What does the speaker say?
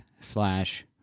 slash